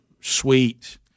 Sweet